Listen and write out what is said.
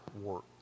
work